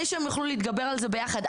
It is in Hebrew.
כדי שהם יוכלו להתגבר על זה ביחד.